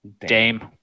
Dame